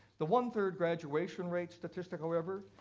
the one-third graduation rate statistic, however,